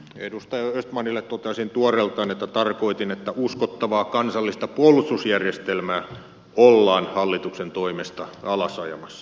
edustaja östmanille toteaisin tuoreeltaan että tarkoitin että uskottavaa kansallista puolustusjärjestelmää ollaan hallituksen toimesta alas ajamassa